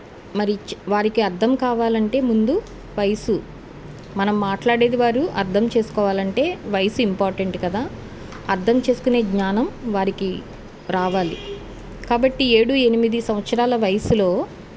మరి వారికి అర్థం కావాలంటే ముందు వయసు మనం మాట్లాడేది వారు అర్థం చేసుకోవాలంటే వయసు ఇంపార్టెంట్ కదా అర్థం చేసుకునే జ్ఞానం వారికి రావాలి కాబట్టి ఏడు ఎనిమిది సంవత్సరాల వయసులో